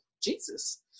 Jesus